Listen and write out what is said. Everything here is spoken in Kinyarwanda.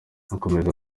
akomeza